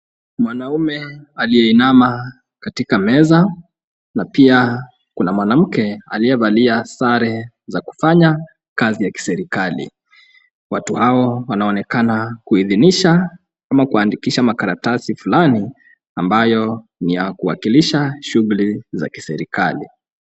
Mwanaume aliyeinama katika meza na pia kuna mwanamke aliyevalia sare ya kufanya kazi ya kiserikali. Watu hao wanaonekana kuidhinisha ama kuandikisha makaratasi fulani ambayo ni ya kuiwakilisha shughuli za kiserikali.